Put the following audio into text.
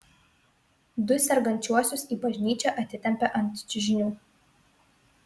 du sergančiuosius į bažnyčią atitempė ant čiužinių